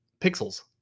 pixels